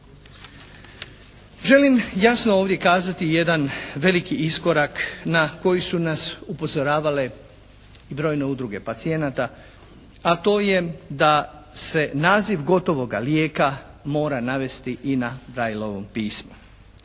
Želim jasno ovdje kazati jedan veliki iskorak na koji su nas upozoravale i brojne udruge pacijenata, a to je da se naziv gotovoga lijeka mora navesti i na Brailleovom pismu.